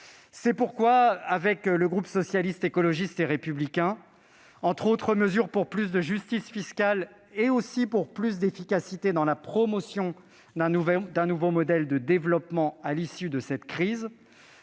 C'est pourquoi, avec le groupe Socialiste, Écologiste et Républicain, entre autres mesures pour plus de justice fiscale, mais aussi pour plus d'efficacité dans la promotion d'un nouveau modèle de développement à l'issue de cette crise,